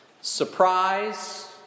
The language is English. surprise